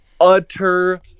utter